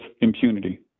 impunity